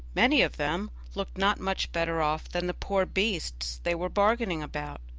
many of them, looked not much better off than the poor beasts they were bargaining about.